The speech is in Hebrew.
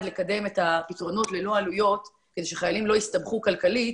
לקדם את הפתרונות ללא עלויות כדי שחיילים לא יסתבכו כלכלית,